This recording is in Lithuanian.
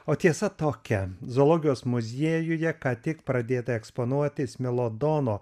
o tiesa tokia zoologijos muziejuje ką tik pradėta eksponuoti smelodono